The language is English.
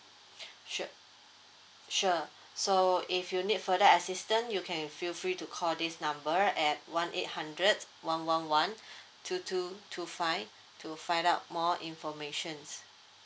sure sure so if you need further assistance you can feel free to call this number at one eight hundred one one one two two two five to find out more information